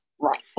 Right